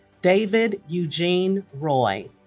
david eugene roy